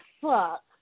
fuck